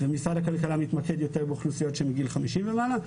משרד הכלכלה יתמקד יותר באוכלוסיות מגיל 50 ומעלה.